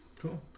cool